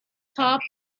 top